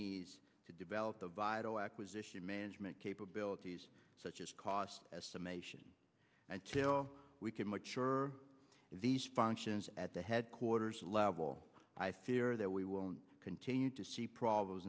it needs to develop the vital acquisition management capabilities such as cost estimation and we can make sure these functions at the headquarters level i fear that we won't continue to see problems